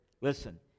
listen